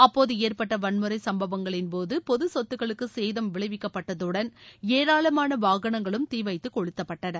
அப்போது ஏற்பட்ட வன்முறை சம்பவங்களின்போது பொது சொத்துக்களுக்கு சேதம் விளைவிக்கப்பட்டதுடன் ஏராளமான வாகனங்களும் தீ வைத்து கொளுத்தப்பட்டன